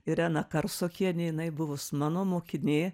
irena karsokienė jinai buvus mano mokinė